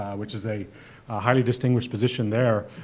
which is a highly-distinguished position there.